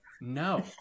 no